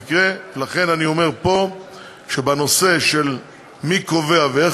לכן אני אומר פה שבנושא של מי קובע ואיך